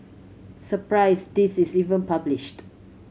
surprised this is even published